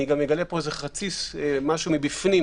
אני אגלה גם משהו מבפנים